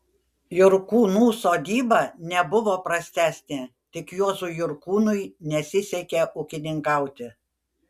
jurkūnų sodyba nebuvo prastesnė tik juozui jurkūnui nesisekė ūkininkauti